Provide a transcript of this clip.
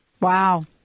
Wow